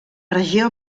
regió